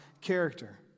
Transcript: character